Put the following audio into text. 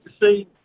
see